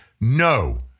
no